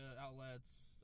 outlets